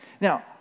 Now